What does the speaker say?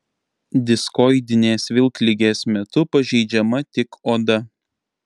diskoidinės vilkligės metu pažeidžiama tik oda